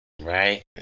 Right